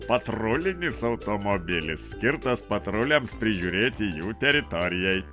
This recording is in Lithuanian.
patrulinis automobilis skirtas patruliams prižiūrėti jų teritorijai